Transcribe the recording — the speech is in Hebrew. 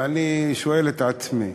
ואני שואל את עצמי,